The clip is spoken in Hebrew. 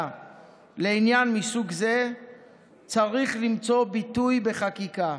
לעניין מסוג זה צריך למצוא ביטוי בחקיקה.